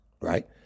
right